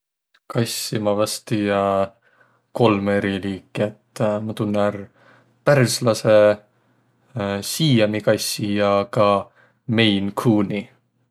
Kassõ ma vast tiiä kolmõ eri liiki. Nii et ma tunnõ ärq pärsläse, siiami kassi ja ka mein khuuni.